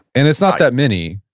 and it's not that many.